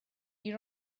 you